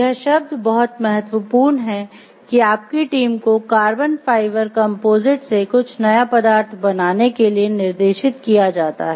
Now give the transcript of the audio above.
यह शब्द बहुत महत्वपूर्ण है कि आपकी टीम को कार्बन फाइबर कंपोजिट से कुछ नया पदार्थ बनाने के लिए निर्देशित किया जाता है